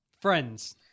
Friends